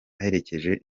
aherekeje